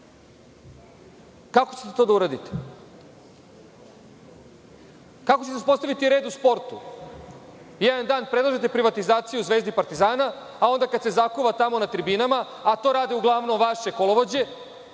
Kako ćete to da uradite? Kako ćete da uspostavite red u sportu? Jedan dan predlažete privatizaciju „Zvezde“ i „Partizana“, a onda, kada se zakuva tamo na tribinama, a to rade uglavnom vaše kolovođe,